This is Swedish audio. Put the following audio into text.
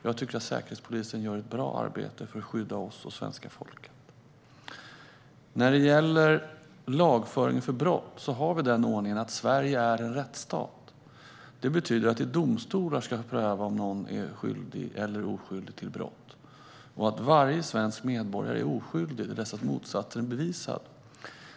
Jag tycker att Säkerhetspolisen gör ett bra arbete för att skydda oss och svenska folket. När det gäller lagföring av brott har vi ordningen att Sverige är en rättsstat. Det betyder att domstolar ska pröva om någon är skyldig eller oskyldig till brott och att varje svensk medborgare är oskyldig till dess att motsatsen har bevisats.